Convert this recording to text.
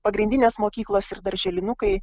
pagrindinės mokyklos ir darželinukai